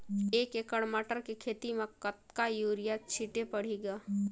एक एकड़ मटर के खेती म कतका युरिया छीचे पढ़थे ग?